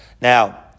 Now